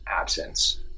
absence